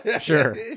Sure